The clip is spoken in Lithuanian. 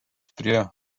prie